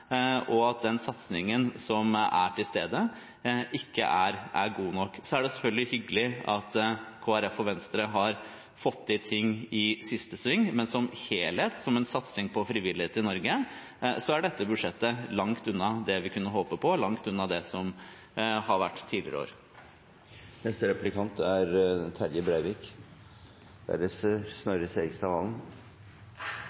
og at den satsingen som er til stede, ikke er god nok. Det er selvfølgelig hyggelig at Kristelig Folkeparti og Venstre har fått til ting i siste sving, men som helhet, som en satsing på frivillighet i Norge, er dette budsjettet langt unna det vi kunne håpe på, og langt unna det som har vært tidligere år.